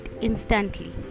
instantly